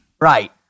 Right